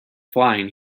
flying